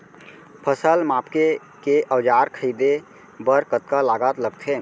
फसल मापके के औज़ार खरीदे बर कतका लागत लगथे?